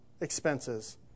expenses